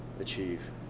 achieve